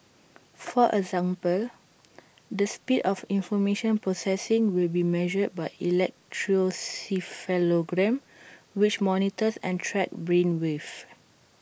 for example the speed of information processing will be measured by electroencephalogram which monitors and tracks brain waves